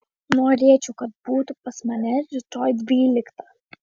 norėčiau kad būtų pas mane rytoj dvyliktą